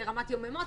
לרמת יוממות,